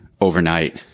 overnight